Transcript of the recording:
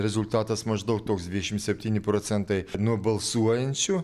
rezultatas maždaug toks dvidešim septyni procentai nuo balsuojančių